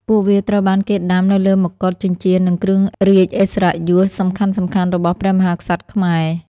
ពួកវាត្រូវបានគេដាំនៅលើមកុដ ចិញ្ចៀន និងគ្រឿងរាជឥស្សរិយយសសំខាន់ៗរបស់ព្រះមហាក្សត្រខ្មែរ។